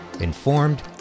informed